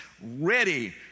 ready